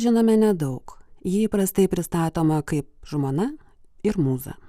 žinome nedaug ji įprastai pristatoma kaip žmona ir mūza